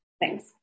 thanks